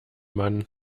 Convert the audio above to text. mann